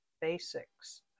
basics